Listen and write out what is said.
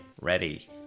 ready